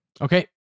Okay